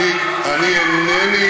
אני אינני